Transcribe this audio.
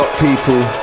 people